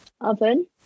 oven